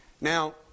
Now